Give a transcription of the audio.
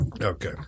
Okay